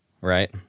right